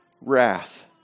wrath